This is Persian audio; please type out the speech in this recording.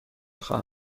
خواهم